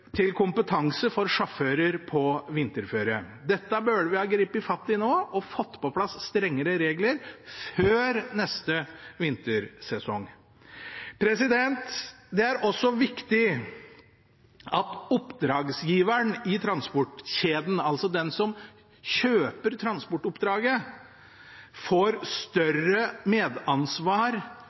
til kompetanse for sjåfører på vinterføre. Dette burde vi ha grepet fatt i nå og fått på plass strengere regler før neste vintersesong. Det er også viktig at oppdragsgiveren i transportkjeden, altså den som kjøper transportoppdraget, får større medansvar